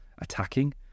attacking